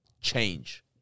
change